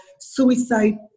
Suicide